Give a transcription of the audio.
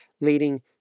leading